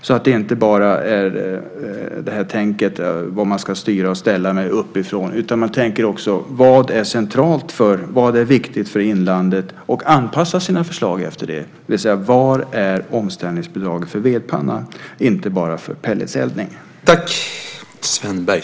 Det ska inte bara vara tänket om vad som ska styras och ställas uppifrån. Man ska i stället tänka på vad som är centralt och viktigt för inlandet och anpassa sina förslag efter det. Var är omställningsbidraget för vedpanna, inte bara för pelletseldning?